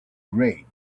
great